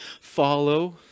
follow